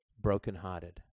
brokenhearted